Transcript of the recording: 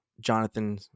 Jonathan